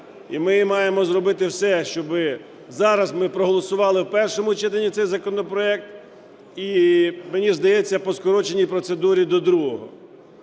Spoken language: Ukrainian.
І ми маємо зробити все, щоби зараз ми проголосували в першому читанні цей законопроект, і мені здається, по скороченій процедурі до другого.